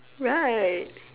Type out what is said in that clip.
right